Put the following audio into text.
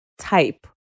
type